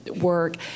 work